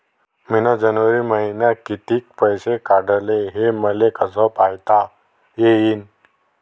मिन जनवरी मईन्यात कितीक पैसे काढले, हे मले कस पायता येईन?